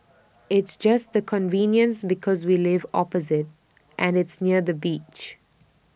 it's just the convenience because we live opposite and it's near the beach